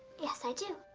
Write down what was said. yes, i do.